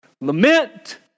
Lament